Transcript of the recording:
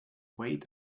wait